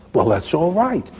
well, that's all right,